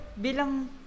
bilang